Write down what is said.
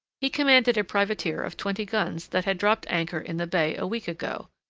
he commanded a privateer of twenty guns that had dropped anchor in the bay a week ago,